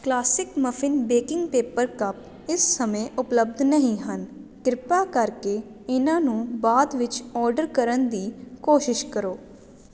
classic muffin baking paper cup ਇਸ ਸਮੇਂ ਉਪਲੱਬਧ ਨਹੀਂ ਹਨ ਕਿਰਪਾ ਕਰਕੇ ਇਹਨਾਂ ਨੂੰ ਬਾਅਦ ਵਿੱਚ ਓਰਡਰ ਕਰਨ ਦੀ ਕੋਸ਼ਿਸ਼ ਕਰੋ